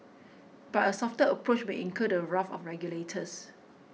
but a softer approach may incur the wrath of regulators